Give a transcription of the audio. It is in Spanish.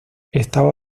estaba